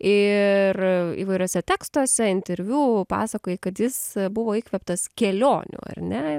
ir įvairiuose tekstuose interviu pasakoji kad jis buvo įkvėptas kelionių ar ne